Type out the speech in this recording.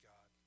God